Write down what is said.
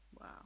Wow